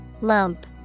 Lump